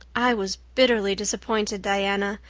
i was bitterly disappointed, diana.